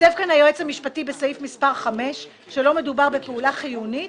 כותב כאן היועץ המשפטי בסעיף מס' 5 שלא מדובר בפעולה חיונית